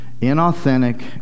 inauthentic